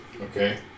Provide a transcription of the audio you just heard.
Okay